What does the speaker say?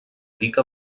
pica